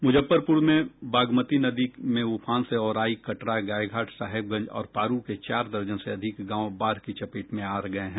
मुजफ्फरपुर में बागमती नदी में उफान से औराई कटरा गायघाट साहेबगंज और पारू के चार दर्जन से अधिक गांव बाढ़ की चपेट में आ गये हैं